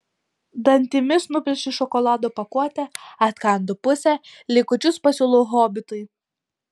dantimis nuplėšiu šokolado pakuotę atkandu pusę likučius pasiūlau hobitui